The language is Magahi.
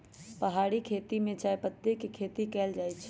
पहारि खेती में चायपत्ती के खेती कएल जाइ छै